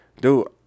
dude